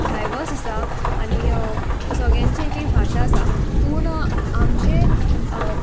diverse आसा आनी सगळ्यांची एक एक भाशा आसा पूण आमचे